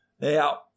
Now